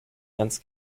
ganz